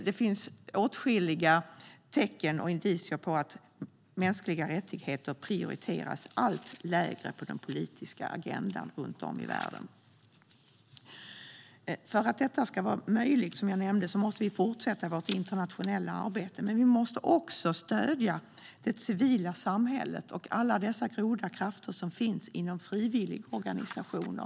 Det finns åtskilliga tecken och indicier på att mänskliga rättigheter prioriteras allt lägre på den politiska agendan runt om i världen. För att det som jag tidigare nämnde ska vara möjligt måste vi fortsätta vårt internationella arbete. Men vi måste också stödja det civila samhället och alla de goda krafter som finns inom frivilligorganisationer.